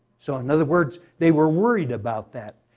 so, in other words, they were worried about that.